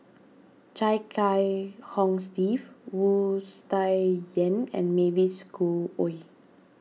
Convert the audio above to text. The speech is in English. Chia Kiah Hong Steve Wu Tsai Yen and Mavis Khoo Oei